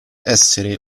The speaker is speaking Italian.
essere